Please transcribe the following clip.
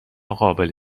قابل